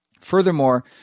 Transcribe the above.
Furthermore